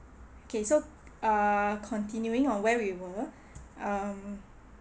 okay so err continuing on where we were um